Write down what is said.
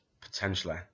Potentially